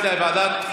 זה פשוט לא עבד.